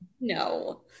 No